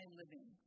living